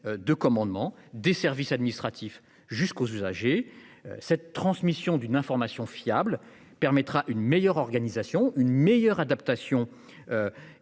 de commandement, des services administratifs aux usagers. Cette transmission d'une information fiable permettra une meilleure organisation et une adaptation